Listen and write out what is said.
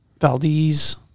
Valdez